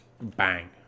bang